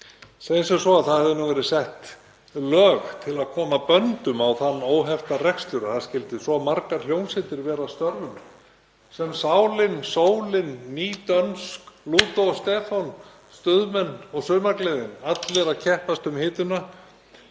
Segjum sem svo að það hefðu nú verið sett lög til að koma böndum á þann óhefta rekstur að það skyldu svo margar hljómsveitir vera að störfum; Sálin, Sólin, Nýdönsk, Lúdó og Stefán, Stuðmenn og Sumargleðin, allir að keppast um hituna.